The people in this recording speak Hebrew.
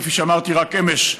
כפי שאמרתי רק אמש,